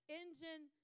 engine